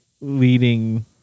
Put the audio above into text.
leading